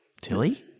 Tilly